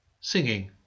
singing